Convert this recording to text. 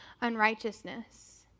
unrighteousness